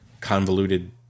convoluted